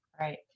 Right